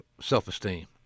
self-esteem